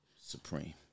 Supreme